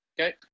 okay